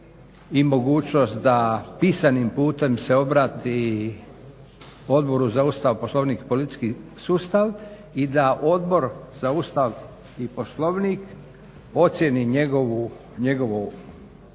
i mogućnost da pisani putem se obrati Odboru za Ustav, Poslovnik i politički sustav i da Odbor za Ustav i Poslovnik ocjeni njegovu potrebu